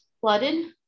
flooded